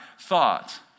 thought